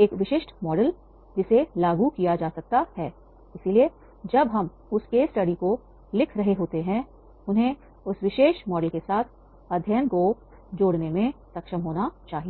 एक विशिष्ट मॉडल जिसे लागू किया जा सकता है इसलिए जब हम उस केस स्टडी को लिख रहे होते हैंउन्हें उस विशेष मॉडल के साथ अध्ययन को जोड़ने में सक्षम होना चाहिए